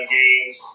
games